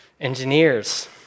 Engineers